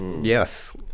Yes